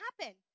happen